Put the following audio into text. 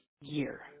year